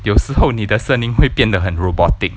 有时候你的声音会变得很 robotic